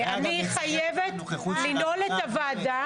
אני חייבת לנעול את הוועדה.